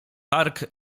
park